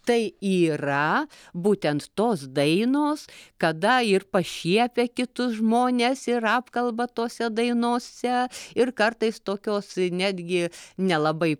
tai yra būtent tos dainos kada ir pašiepia kitus žmones ir apkalba tose dainose ir kartais tokios netgi nelabai